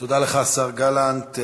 תודה לך, השר גלנט.